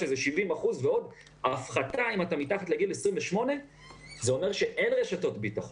שזה 70% ועוד הפחתה אם אתה מתחת לגיל 28. זה אומר שאין רשתות ביטחון,